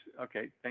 okay